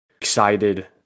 excited